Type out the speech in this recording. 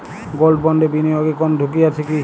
Gold বন্ডে বিনিয়োগে কোন ঝুঁকি আছে কি?